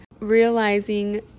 realizing